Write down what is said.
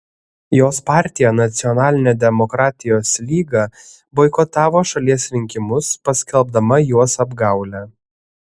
jos partija nacionalinė demokratijos lyga boikotavo šalies rinkimus paskelbdama juos apgaule